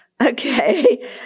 Okay